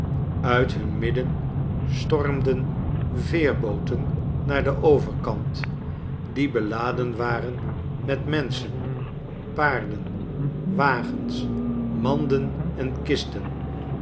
uit hun midden stormden veerbooten naar den overkant die beladen waren met menschen paarden wagens manden en kisten